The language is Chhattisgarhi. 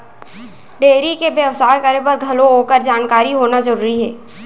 डेयरी के बेवसाय करे बर घलौ ओकर जानकारी होना जरूरी हे